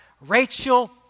Rachel